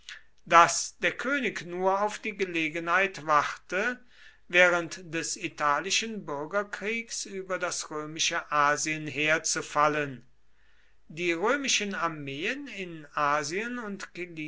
daß der könig nur auf die gelegenheit warte während des italischen bürgerkriegs über das römische asien herzufallen die römischen armeen in asia und